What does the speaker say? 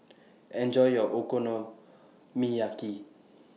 Enjoy your Okonomiyaki